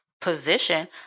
position